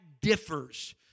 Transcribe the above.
differs